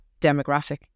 demographic